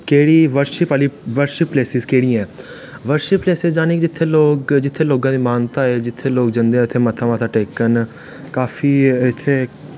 केह्ड़ी वर्शिप आह्ली worship places केह्ड़ियां ऐं वर्शिप प्लेसिस जानि जित्थें लोग जित्थै लोगां दी मान्यता ऐ जित्थै लोग जंदे ऐ मत्था मुत्था टेकन काफी इत्थै